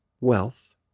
wealth